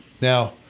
Now